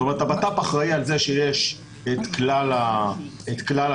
הבט"פ אחראי על זה שיש שם את כלל הטפסים